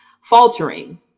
faltering